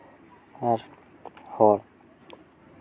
ᱟᱨ ᱦᱚᱸ